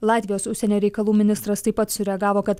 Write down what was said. latvijos užsienio reikalų ministras taip pat sureagavo kad